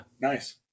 nice